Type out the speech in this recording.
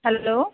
hello